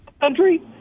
country